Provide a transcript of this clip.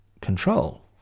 control